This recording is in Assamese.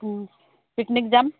পিকনিক যাম